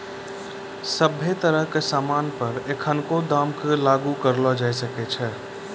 सभ्भे तरह के सामान पर एखनको दाम क लागू करलो जाय सकै छै